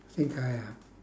think I am